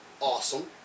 Awesome